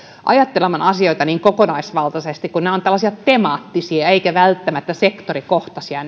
ajattelemaan asioita niin kokonaisvaltaisesti kun nämä uudistukset ovat tällaisia temaattisia eivätkä välttämättä sektorikohtaisia